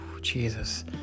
Jesus